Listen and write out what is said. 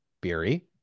Beery